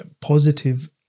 positive